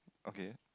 okay